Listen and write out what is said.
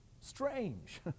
strange